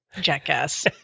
Jackass